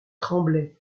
tremblait